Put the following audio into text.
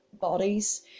bodies